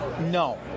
no